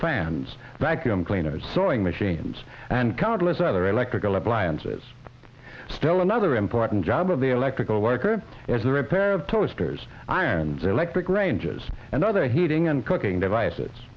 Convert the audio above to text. fans vacuum cleaners sewing machines and countless other electrical appliances still another important job of the electrical work is the repair of toasters iran's electric ranges and other heating and cooking devices